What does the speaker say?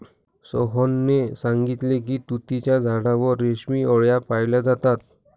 सोहनने सांगितले की तुतीच्या झाडावर रेशमी आळया पाळल्या जातात